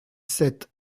sept